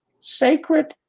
sacred